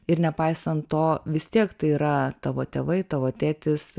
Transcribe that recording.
ir nepaisant to vis tiek tai yra tavo tėvai tavo tėtis